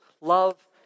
Love